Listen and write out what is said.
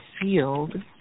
field